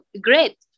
great